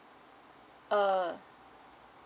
uh